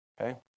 okay